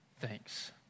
thanks